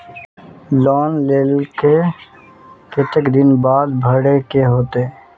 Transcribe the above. Loan लेल के केते दिन बाद भरे के होते?